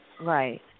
Right